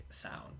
sound